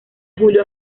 julio